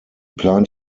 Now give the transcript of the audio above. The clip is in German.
plant